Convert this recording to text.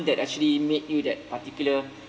that actually make you that particular